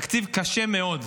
תקציב קשה מאוד,